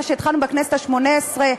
מה שהתחלנו בכנסת השמונה-עשרה.